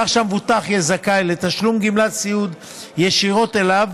כך שהמבוטח יהיה זכאי לתשלום גמלת סיעוד ישירות אליו